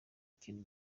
ikintu